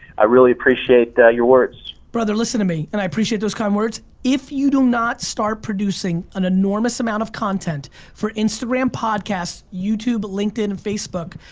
i really appreciate your words. brother, listen to me, and i appreciate those kind words, if you do not start producing an enormous of content for instagram, podcasts, youtube, linkedin, and facebook,